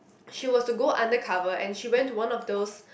she was to go undercover and she went to one of those